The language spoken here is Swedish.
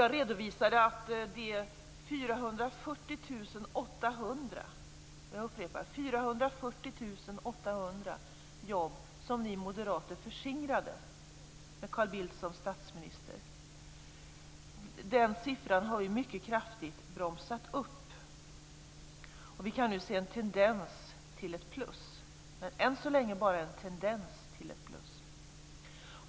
Jag redovisade att detta ras, med de 440 800 jobb som ni moderater förskingrade, med Carl Bildt som statsminister, har vi mycket kraftigt bromsat upp. Vi kan nu se en tendens till ett plus - det är än så länge bara en tendens.